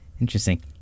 Interesting